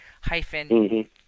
hyphen